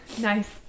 Nice